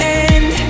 end